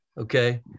okay